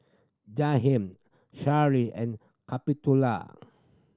Jaheim Sheryll and Capitola